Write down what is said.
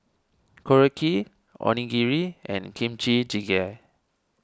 Korokke Onigiri and Kimchi Jjigae